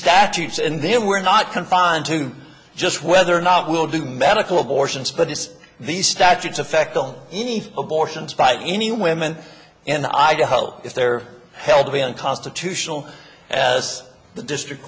statutes and they were not confined to just whether or not we'll do medical abortions but as these statutes affect on any abortions by any women in idaho if they're held to be unconstitutional as the district